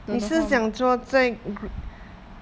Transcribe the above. don't know how many